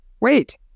wait